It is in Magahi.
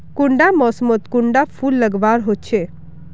कुंडा मोसमोत कुंडा फुल लगवार होछै?